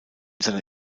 seiner